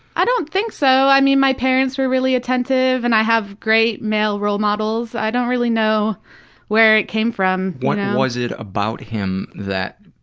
i don't think so. i mean my parents were really attentive and i have great male role models i don't really know where it came from what was it about him that